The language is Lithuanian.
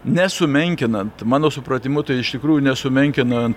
nesumenkinant mano supratimu tai iš tikrųjų nesumenkinant